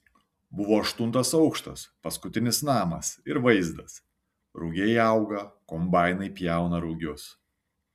buvo aštuntas aukštas paskutinis namas ir vaizdas rugiai auga kombainai pjauna rugius